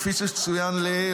כפי שצוין לעיל,